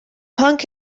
punk